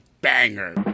banger